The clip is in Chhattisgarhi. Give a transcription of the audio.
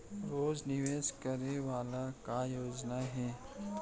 रोज निवेश करे वाला का योजना हे?